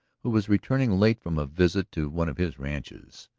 who was returning late from a visit to one of his ranches.